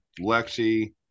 Lexi